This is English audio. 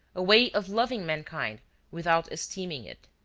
a way of loving mankind without esteeming it.